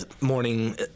morning